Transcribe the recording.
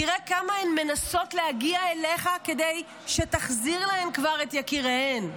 תראה כמה הן מנסות להגיע אליך כדי שתחזיר להן כבר את יקיריהן.